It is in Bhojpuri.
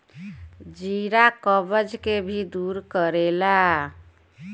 जीरा कब्ज के भी दूर करेला